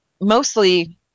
mostly